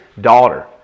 daughter